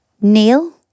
Neil